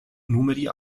numeri